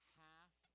half